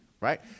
right